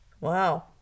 wow